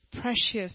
precious